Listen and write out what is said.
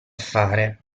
fare